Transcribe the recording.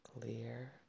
clear